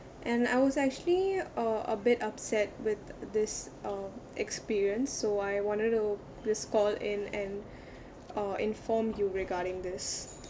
and I was actually uh a bit upset with this uh experience so I wanted to just call in and uh inform you regarding this